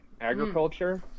agriculture